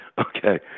Okay